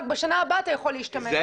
רק בשנה הבאה תוכל להשתמש.